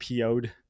PO'd